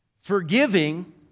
Forgiving